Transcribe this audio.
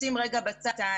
להרוויח.